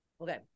Okay